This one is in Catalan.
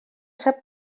sap